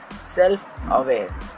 self-aware